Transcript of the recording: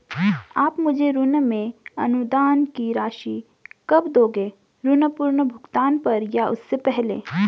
आप मुझे ऋण में अनुदान की राशि कब दोगे ऋण पूर्ण भुगतान पर या उससे पहले?